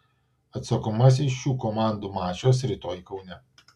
atsakomasis šių komandų mačas rytoj kaune